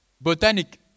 Botanic